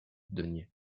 deniers